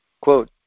Quote